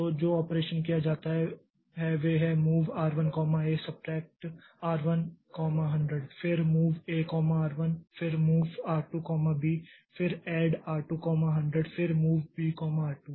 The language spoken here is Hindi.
तो जो ऑपरेशन किया जाता है वह है MOV R 1 A subtract R 1 100 फिर MOV A R 1 फिर MOV R 2 B फिर ADD R 2 100 और फिर MOV B R 2